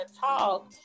talk